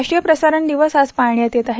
राष्ट्रीय प्रसारण दिवस आज पाळण्यात येत आहे